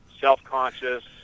self-conscious